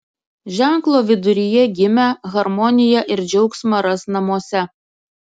ženklo viduryje gimę harmoniją ir džiaugsmą ras namuose